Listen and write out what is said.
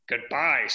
Goodbye